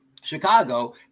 Chicago